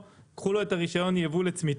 זה יהיה תמיד בשלב